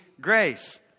grace